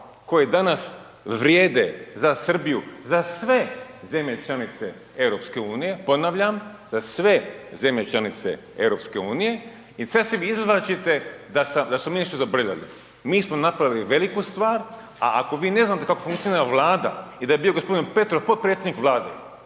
koja danas vrijede za Srbiju, za sve zemlje članice EU, ponavljam, za sve zemlje članice EU i sad se vi izvlačite da smo mi nešto zabrljali, mi smo napravili veliku stvar, a ako vi ne znate kako funkcionira Vlada i da je bio g. Petrov potpredsjednik Vlade,